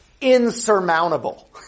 insurmountable